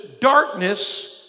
darkness